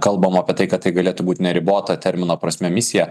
kalbama apie tai kad tai galėtų būt neriboto termino prasme misija